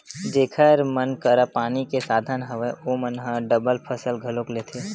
जेखर मन करा पानी के साधन हवय ओमन ह डबल फसल घलोक लेथे